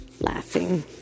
laughing